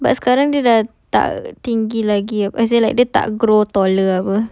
but sekarang dia dah tak tinggi lagi oh as if like dia tak grow taller apa